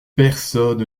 personne